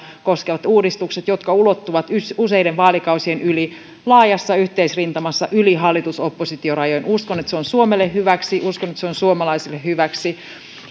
koskevat uudistukset jotka ulottuvat useiden vaalikausien yli laajassa yhteisrintamassa yli hallitus oppositio rajojen uskon että se on suomelle hyväksi uskon että se on suomalaisille hyväksi